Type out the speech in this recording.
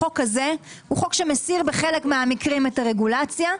החוק הזה הוא חוק שמסיר בחלק מהמקרים את הרגולציה,